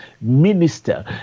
minister